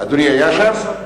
אדוני היה שם?